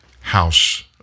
House